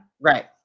Right